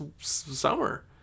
summer